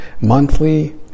monthly